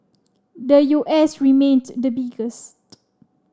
the U S remained the biggest